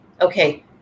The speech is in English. okay